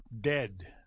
dead